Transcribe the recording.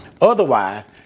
Otherwise